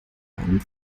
meinem